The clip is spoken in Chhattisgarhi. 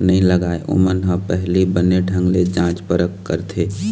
नइ लगाय, ओमन ह पहिली बने ढंग ले जाँच परख करथे